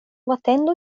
atendu